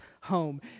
home